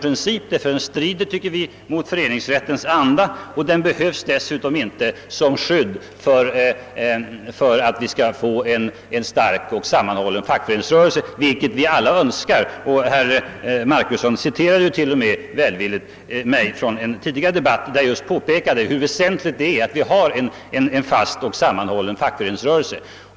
Principen strider enligt vår åsikt mot föreningsrättens anda, och dessutom behövs den inte som skydd för en stark och sammanhållen fackföreningsrörelse, som ju alla önskar ha. Herr Marcusson citerade mig t.o.m. välvilligt från en tidigare debatt där jag just påpekade hur väsentligt det är med en fast och sammanhållen fackföreningsrörelse.